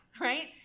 right